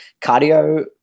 cardio